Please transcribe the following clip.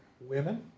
women